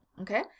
okay